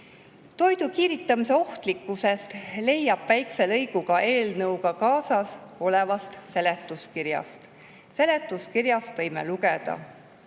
Toidu kiiritamise ohtlikkusest leiab väikse lõigu ka eelnõuga kaasas olevast seletuskirjast. Seletuskirjast võime lugeda: